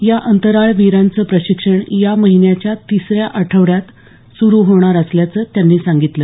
या अंतराळवीरांचं प्रशिक्षण या महिन्याच्या तिस या आठवड्यात सुरू होणार असल्याचं त्यानी सागितल